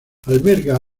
alberga